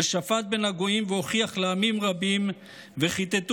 ושפט בין הגוים והוכיח לעמים רבים וְכִתְּתוּ